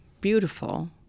beautiful